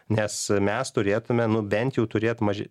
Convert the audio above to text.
nes mes turėtumėme nu bent jau turėti maž